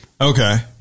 Okay